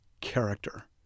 character